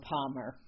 Palmer